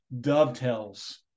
dovetails